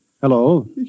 Hello